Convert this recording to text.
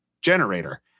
generator